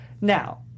Now